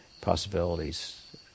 possibilities